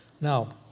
now